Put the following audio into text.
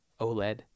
OLED